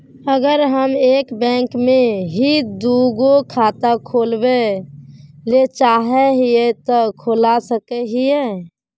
अगर हम एक बैंक में ही दुगो खाता खोलबे ले चाहे है ते खोला सके हिये?